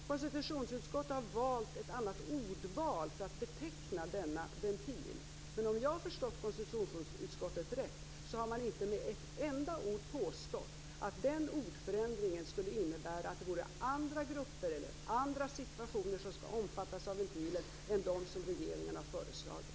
Konstitutionsutskottet har valt ett annat ord för att beteckna denna ventil, men om jag har förstått konstitutionsutskottet rätt har man inte med ett enda ord påstått att den ordförändringen skulle innebära att andra grupper eller andra situationer än de regeringen har föreslagit skall omfattas av ventilen.